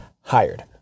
hired